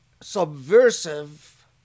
subversive